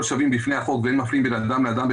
שווים בפני החוק ואין מפלים בין אדם לאדם,